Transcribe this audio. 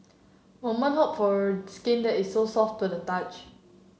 woman hope for skin that is so soft to the touch